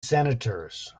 senators